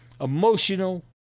emotional